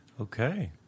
Okay